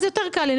כך יותר קל לי.